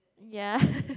ya